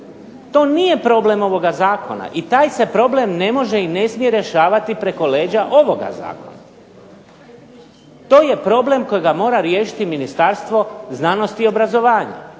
To nije problem ovoga zakona i taj se problem ne može i ne smije rješavati preko leđa ovoga zakona. To je problem kojega mora riješiti Ministarstvo znanosti i obrazovanja,